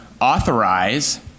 authorize